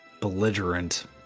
belligerent